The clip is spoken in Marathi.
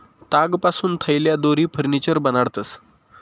तागपासून थैल्या, दोरी, फर्निचर बनाडतंस